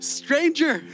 stranger